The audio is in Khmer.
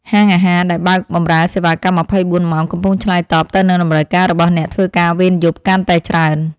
ហាងអាហារដែលបើកបម្រើសេវាកម្ម ២៤ ម៉ោងកំពុងឆ្លើយតបទៅនឹងតម្រូវការរបស់អ្នកធ្វើការវេនយប់កាន់តែច្រើន។